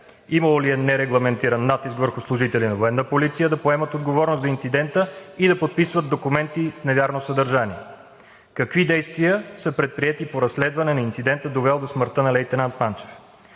имало ли е нерегламентиран натиск върху служители на „Военна полиция“ да поемат отговорност за инцидента и да подписват документи с невярно съдържание; какви действия са предприети по разследване на инцидента, довел до смъртта на лейтенант Манчев?